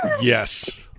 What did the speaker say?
Yes